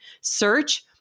Search